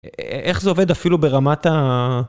איך זה עובד אפילו ברמת ה...